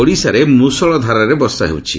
ଓଡ଼ିଶାରେ ମୁଷଳ ଧାରାରେ ବର୍ଷା ହେଉଛି